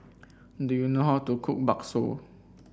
do you know how to cook bakso